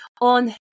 on